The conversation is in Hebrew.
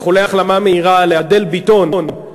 איחולי החלמה מהירה לאדל ביטון,